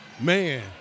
Man